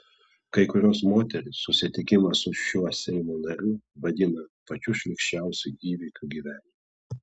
kai kurios moterys susitikimą su šiuo seimo nariu vadina pačiu šlykščiausiu įvykiu gyvenime